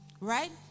right